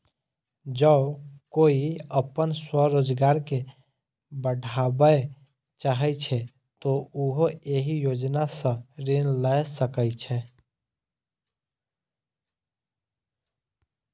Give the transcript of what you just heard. जौं कोइ अपन स्वरोजगार कें बढ़ाबय चाहै छै, तो उहो एहि योजना सं ऋण लए सकै छै